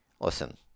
Listen